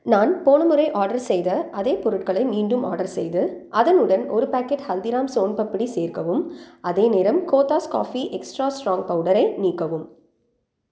நான் போன முறை ஆர்டர் செய்த அதே பொருட்களை மீண்டும் ஆர்டர் செய்து அதனுடன் ஒரு பேக்கெட் ஹல்திராம்ஸ் சோன் பப்டி சேர்க்கவும் அதே நேரம் கோத்தாஸ் காஃபி எக்ஸ்ட்ரா ஸ்ட்ராங் பவுடரை நீக்கவும்